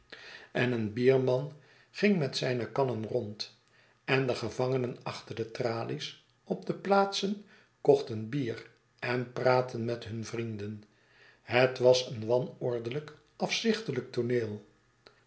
en groote verwachtingen een bierman ging met zijne kannen rond en de gevangenen achter de tralies op de plaatsen kochten bier en praatten met hunne vrienden het was een wanordelijk afzichtelijk tooneel